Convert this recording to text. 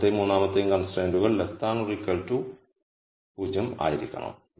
രണ്ടാമത്തെയും മൂന്നാമത്തെയും കൺസ്ട്രൈന്റുകൾ 0 ആയിരിക്കണം